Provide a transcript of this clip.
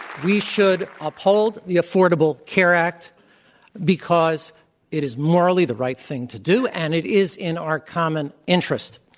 we should uphold the affordable care act because it is morally the right thing to do and it is in our common interest.